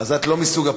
אז אני לא מעדיפה,